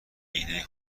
ایده